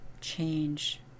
change